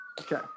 Okay